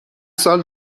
سال